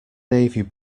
navy